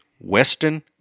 Weston